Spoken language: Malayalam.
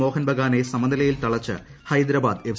മോഹൻ ബഗാനെ സമനിലയിൽ തളച്ച് ഹൈദരാബാദ് എഫ്